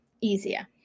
easier